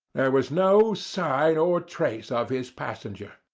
there was no sign or trace of his passenger,